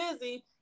busy